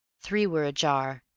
three were ajar,